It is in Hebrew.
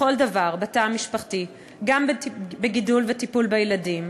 בכל דבר בתא המשפחתי, גם בגידול וטיפול בילדים.